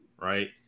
right